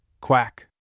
Quack